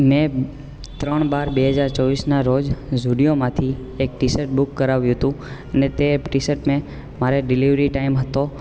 મેં ત્રણ બાર બે હજાર ચોવીસના રોજ ઝુડિયોમાંથી એક ટીશર્ટ બુક કરાવ્યું તું અને તે ટીશર્ટ મેં મારે ડિલિવરી ટાઈમ હતો